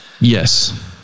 Yes